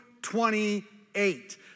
28